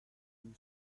few